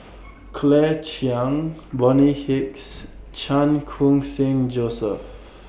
Claire Chiang Bonny Hicks Chan Khun Sing Joseph